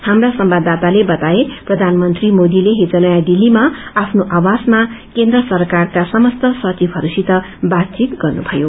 हाम्रा संवाददाताले बताए प्रयानमन्त्री मोदीले हिज नयाँ दिल्लीमा आफ्नो आवासमा केन्द्र सरकारका समस्त सचिवहरूसित वातचित गर्नुभयो